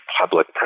public